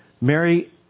Mary